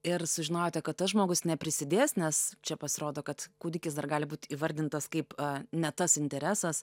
ir sužinojote kad tas žmogus neprisidės nes čia pasirodo kad kūdikis dar gali būt įvardintas kaip a ne tas interesas